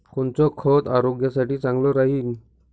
कोनचं खत आरोग्यासाठी चांगलं राहीन?